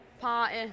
Party